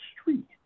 street